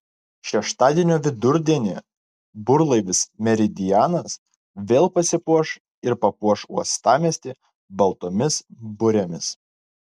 šeštadienio vidurdienį burlaivis meridianas vėl pasipuoš ir papuoš uostamiestį baltomis burėmis